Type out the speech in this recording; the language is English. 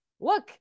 look